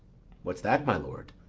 what's that, my lord?